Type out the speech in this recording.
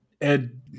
Ed